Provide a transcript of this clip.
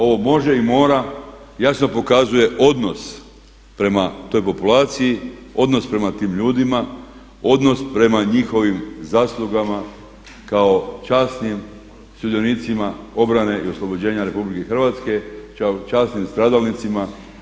Ovo može i mora, jasno pokazuje odnos prema toj populaciji, odnos prema tim ljudima, odnos prema njihovim zaslugama kao časnim sudionicima obrane i oslobođenja Republike Hrvatske, kao časnim stradalnicima.